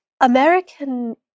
American